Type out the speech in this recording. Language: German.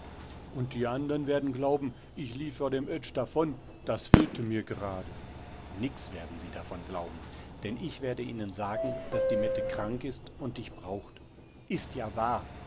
und die anderen werden glauben ich lief vor dem oetsch davon das fehlte mir gerade nix werden sie davon glauben denn ich werde ihnen sagen daß die mette krank ist und dich braucht is ja wahr